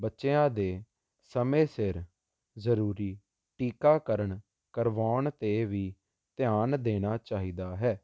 ਬੱਚਿਆਂ ਦੇ ਸਮੇਂ ਸਿਰ ਜਰੂਰੀ ਟੀਕਾਕਰਨ ਕਰਵਾਉਣ ਤੇ ਵੀ ਧਿਆਨ ਦੇਣਾ ਚਾਹੀਦਾ ਹੈ